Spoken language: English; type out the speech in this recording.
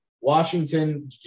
Washington